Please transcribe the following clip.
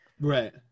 Right